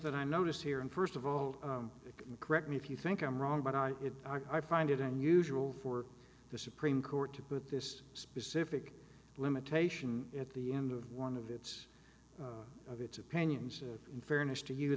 that i notice here and first of all correct me if you think i'm wrong but i i find it unusual for the supreme court to put this specific limitation at the end of one of its of its opinions in fairness to you